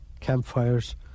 campfires